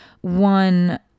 one